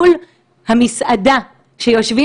27 ביולי 2020. אני יודעת שיש כאן גם אנשים שעוסקים